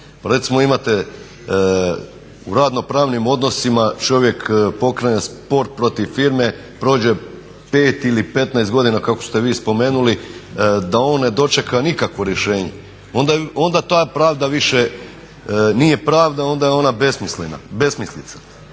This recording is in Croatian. recimo imate u radno pravnim odnosima čovjek pokrene spor protiv firme, prođe 5 ili 15 godina kako ste vi spomenuli da on ne dočeka nikakvo rješenje, onda ta pravda više nije pravda, onda je ona besmislena, besmislica.